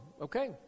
okay